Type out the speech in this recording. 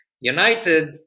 United